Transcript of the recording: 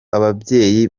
ababyeyi